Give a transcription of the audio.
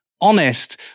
honest